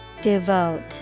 Devote